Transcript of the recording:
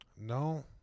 No